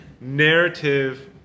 narrative